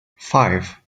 five